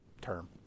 term